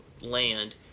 land